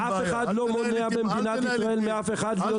אף אחד לא מונע במדינת ישראל מאף אחד להיות פה משווק.